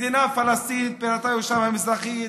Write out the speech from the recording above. מדינה פלסטינית ובירתה ירושלים המזרחית